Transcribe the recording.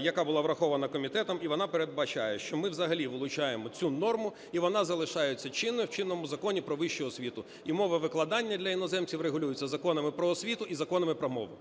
яка була врахована комітетом. І вона передбачає, що ми взагалі вилучаємо цю норму і вона залишається чинною в чинному Законі "Про вищу освіту" і мова викладання для іноземців регулюється законами про освіту і законами про мову.